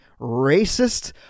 racist